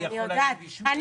אני יכול להגיד בשמי.